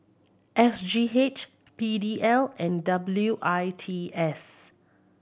S G H P D L and W I T S